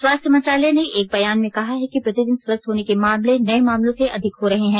स्वास्थ्य मंत्रालय ने एक बयानमें कहा है कि प्रतिदिन स्वस्थ होने केमामले नए मामलों से अधिक हो रहे हैं